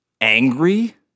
angry